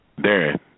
Darren